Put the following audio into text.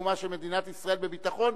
לקיומה של מדינת ישראל בביטחון,